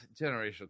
generational